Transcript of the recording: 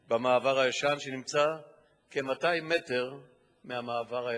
במעבר הישן, שנמצא כ-200 מטר מהמעבר החדש.